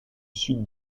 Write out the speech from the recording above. sud